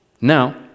Now